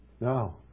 No